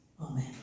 Amen